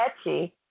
sketchy